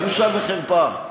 בושה וחרפה.